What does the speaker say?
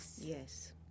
Yes